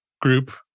group